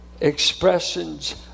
expressions